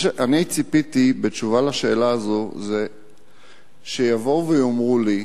ציפיתי שבתשובה על השאלה הזאת יבואו ויאמרו לי,